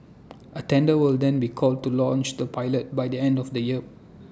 A tender will then be called to launch the pilot by the end of the year